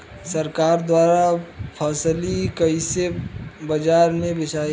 सरकार द्वारा फसलिया कईसे बाजार में बेचाई?